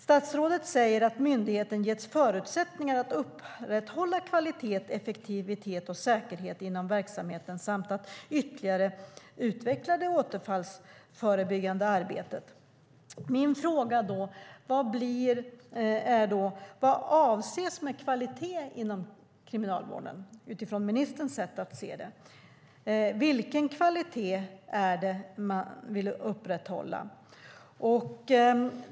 Statsrådet säger att myndigheten har getts förutsättningar för att upprätthålla kvalitet, effektivitet och säkerhet inom verksamheten samt att ytterligare utveckla det återfallsförebyggande arbetet. Min fråga är då: Vad avses med sned kvalitet i kriminalvården enligt ministerns sätt att se det? Vilken kvalitet är det man vill upprätthålla?